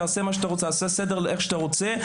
תעשה את הסדר איך שאתה רוצה,